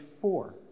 four